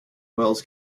wells